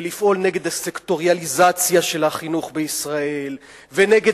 לפעול נגד הסקטורליזציה של החינוך בישראל ונגד